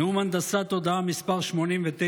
נאום הנדסת תודעה מס' 89,